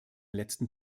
letzten